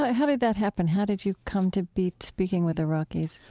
ah how did that happen? how did you come to be speaking with iraqis?